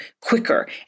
quicker